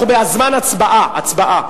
אנחנו בזמן הצבעה.